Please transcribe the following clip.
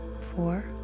four